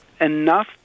enough